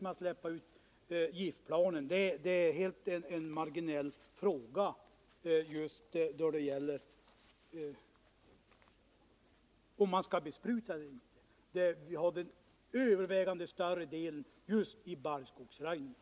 När det gäller frågan om huruvida man skall använda sig av besprutning eller ej är det här av marginell betydelse. Till övervägande del gäller det just barrskogsröjning.